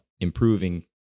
improving